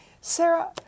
Sarah